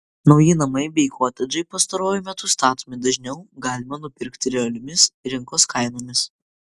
nauji namai bei kotedžai pastaruoju metu statomi dažniau galima nupirkti realiomis rinkos kainomis